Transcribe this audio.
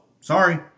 Sorry